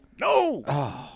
No